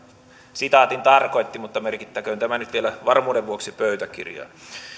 sitaatin tarkoitti mutta merkittäköön tämä nyt vielä varmuuden vuoksi pöytäkirjaan